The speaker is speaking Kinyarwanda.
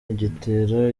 gitero